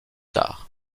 tard